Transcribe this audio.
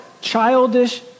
childish